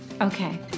Okay